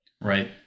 right